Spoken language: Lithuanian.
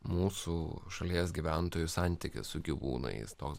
mūsų šalies gyventojų santykis su gyvūnais toks